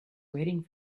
waiting